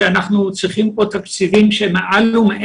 יש לנו את הסימון הירוק שהמטרה שלו היא